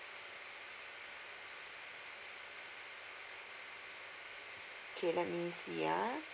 okay let me see ah